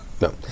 No